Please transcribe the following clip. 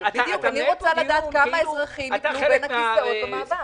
אני רוצה לדעת כמה אזרחים יפלו בין הכיסאות במעבר.